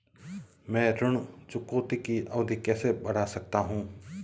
मैं ऋण चुकौती की अवधि कैसे बढ़ा सकता हूं?